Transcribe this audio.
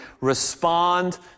respond